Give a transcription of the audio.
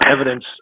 evidence